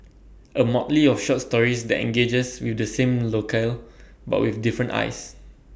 A motley of short stories that engages with the same loco but with different eyes